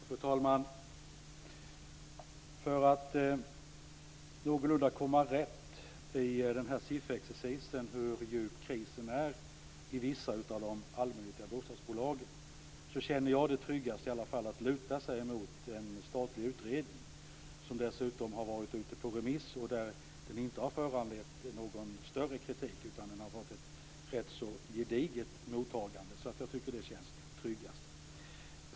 Fru talman! För att komma någorlunda rätt i sifferexercisen om hur djup krisen är i vissa av de allmännyttiga bostadsbolagen känner jag det tryggast att luta mig emot en statlig utredning, som dessutom har varit ute på remiss. Där har den inte föranlett någon större kritik, utan den har fått ett rätt gediget mottagande. Jag tycker att det känns tryggast.